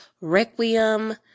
requiem